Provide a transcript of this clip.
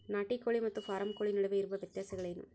ನಾಟಿ ಕೋಳಿ ಮತ್ತು ಫಾರಂ ಕೋಳಿ ನಡುವೆ ಇರುವ ವ್ಯತ್ಯಾಸಗಳೇನು?